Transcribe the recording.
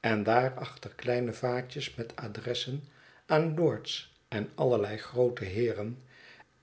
en daarachter kleine vaatjes met adressen aan lords en allerlei groote heeren